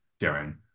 Darren